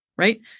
right